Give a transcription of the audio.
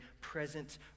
present